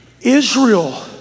Israel